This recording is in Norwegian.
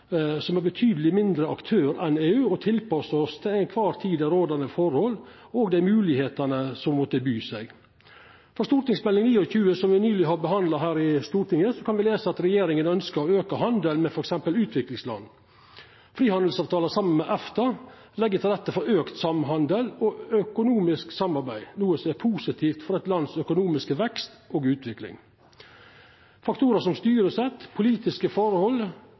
som ein betydeleg mindre aktør enn EU og tilpassa oss dei til kvar tid rådande forhold og dei moglegheitene som måtte by seg. I Meld. St. 29 for 2014–2015, som me nyleg har behandla her i Stortinget, kan me lesa at regjeringa ønskjer å auka handelen med f.eks. utviklingsland. Frihandelsavtaler saman med EFTA legg til rette for auka samhandel og økonomisk samarbeid, noko som er positivt for eit lands økonomiske vekst og utvikling. Faktorar som styresett, politiske